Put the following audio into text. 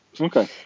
Okay